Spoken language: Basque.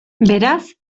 beraz